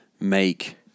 make